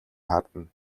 харна